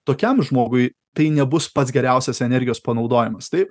tokiam žmogui tai nebus pats geriausias energijos panaudojimas taip